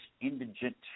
indigent